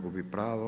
Gubi pravo.